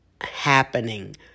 happening